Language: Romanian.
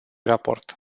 raport